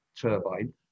turbine